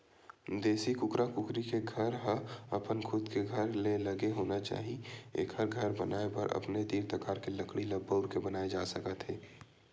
देसी कुकरा कुकरी के घर ह अपन खुद के घर ले लगे होना चाही एखर घर बनाए बर अपने तीर तखार के लकड़ी ल बउर के बनाए जा सकत हे